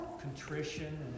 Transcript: contrition